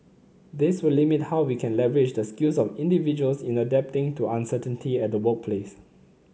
this will limit how we can leverage the skills of individuals in adapting to uncertainty at the workplace